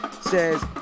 says